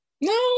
No